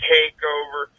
TakeOver